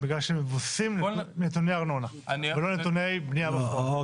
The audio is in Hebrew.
בגלל שהם מבוססים נתוני ארנונה ולא נתוני בנייה בפועל.